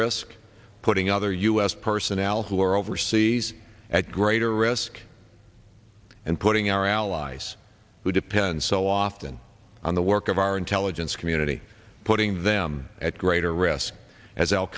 risk putting other u s personnel who are overseas at greater risk and putting our allies who depend so often on the work of our intelligence community putting them at greater risk as al